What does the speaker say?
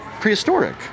prehistoric